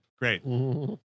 Great